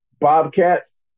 Bobcats